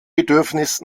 bedürfnis